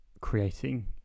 creating